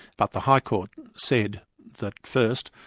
but the high court said that first,